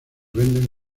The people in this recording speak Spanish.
venden